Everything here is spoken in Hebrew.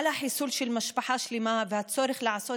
על החיסול של משפחה שלמה והצורך לעשות